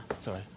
Sorry